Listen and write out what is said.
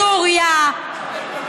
בסוריה,